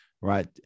Right